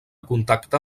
contacte